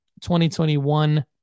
2021